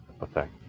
effect